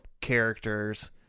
characters